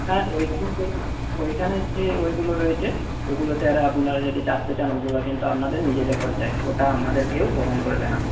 হ্যাঁ ওইখানে যে ওইখানে যে ওইগুলো রয়েছে ওগুলোতে আর আপনারা যদি চাপতে চান ওগুলো কিন্তু আপনাদের নিজেদের খরচায় ওটা আমাদের কেউ বহন করবে না